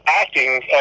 acting